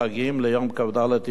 ליום כ"ד תשרי,